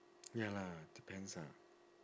ya lah depends ah